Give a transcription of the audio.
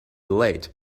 late